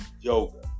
Yoga